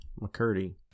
McCurdy